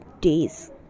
days